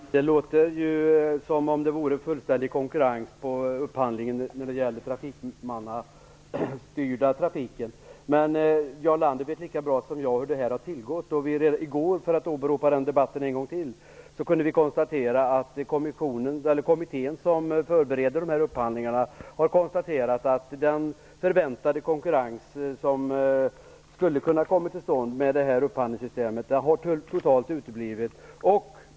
Herr talman! Det låter ju som om det vore fullständig konkurrens på upphandlingen när det gäller den trafikhuvudmannastyrda trafiken, men Jarl Lander vet lika bra som jag hur det här har gått till. I går, för att åberopa den debatten en gång till, kunde vi notera att kommittén som förbereder upphandlingarna har konstaterat att den förväntade konkurrens som skulle ha kunnat komma till stånd med det här upphandlingssystemet totalt har uteblivit.